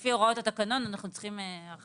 לפי הוראות התקנון אנחנו צריכים הערכת עלות.